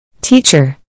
Teacher